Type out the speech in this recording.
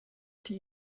die